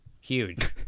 Huge